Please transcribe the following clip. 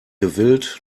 gewillt